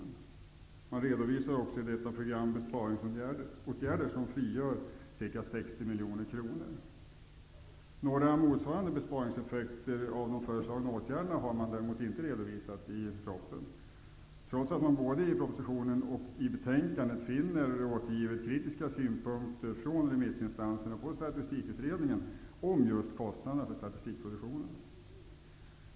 I detta program har man också redovisat besparingsåtgärder som frigör ca 60 Några motsvarande besparingseffekter av de föreslagna åtgärderna har däremot inte redovisats i propositionen, trots att man både i propositionen och i betänkandet finner kritiska synpunkter från remissinstanserna på statistikutredningens förslag i fråga om just kostnaderna för statistikproduktionen.